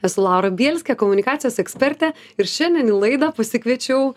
esu laura bielskė komunikacijos ekspertė ir šiandien į laidą pasikviečiau